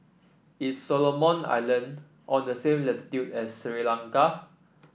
is Solomon Islands on the same latitude as Sri Lanka